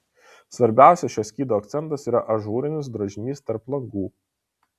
svarbiausias šio skydo akcentas yra ažūrinis drožinys tarp langų